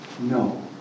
no